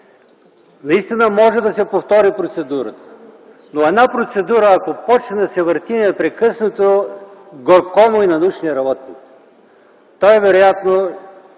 Наистина може да се повтори процедурата, но една процедура, ако започне да се върти непрекъснато – горко му на научния работник. Той вероятно